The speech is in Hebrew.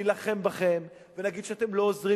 נילחם בכם ונגיד שאתם לא עוזרים.